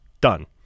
done